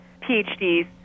PhDs